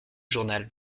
journal